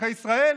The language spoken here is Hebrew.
אזרחי ישראל